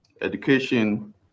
education